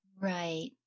Right